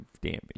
damage